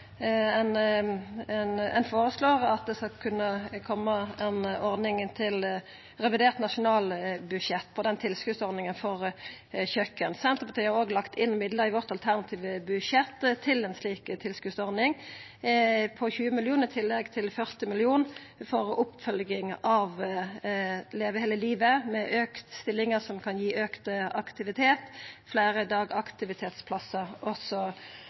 ein føreslår at det i revidert nasjonalbudsjett vert sett av midlar til ei tilskotsordning for kjøken. Senterpartiet har òg i sitt alternative budsjett lagt inn midlar til ei slik tilskotsordning på 20 mill. kr, i tillegg til 40 mill. kr til oppfølging av Leve hele livet, med fleire stillingar, som kan gi auka aktivitet, fleire dagaktivitetsplassar,